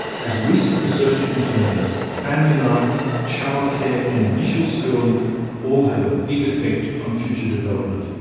as recent research confirms, family life, child care and initial schooling all have a big effect on future development.